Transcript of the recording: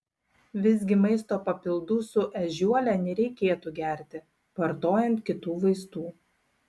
visgi maisto papildų su ežiuole nereikėtų gerti vartojant kitų vaistų